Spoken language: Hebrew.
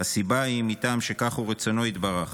הסיבה היא מטעם שכך הוא רצונו יתברך.